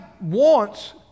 wants